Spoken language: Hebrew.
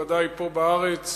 ודאי פה בארץ,